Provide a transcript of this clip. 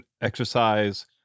exercise